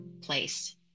place